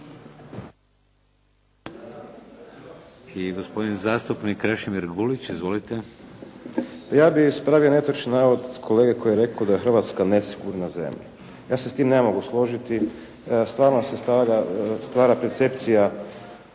Hrvatska nesigurna zemlja.